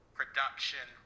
production